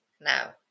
Now